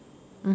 mmhmm